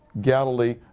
Galilee